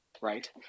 right